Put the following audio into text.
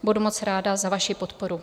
Budu moc ráda za vaši podporu.